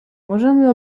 możemy